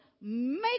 make